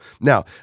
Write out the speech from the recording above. Now